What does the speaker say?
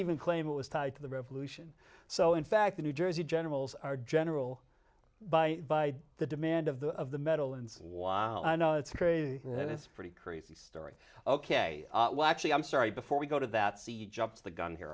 even claim it was tied to the revolution so in fact the new jersey generals are general by the demand of the of the medal and while i know it's crazy it's pretty crazy story ok well actually i'm sorry before we go to that see you jumped the gun here